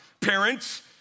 parents